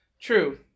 True